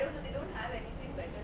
have anything but